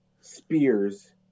spears